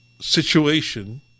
situation